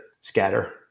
scatter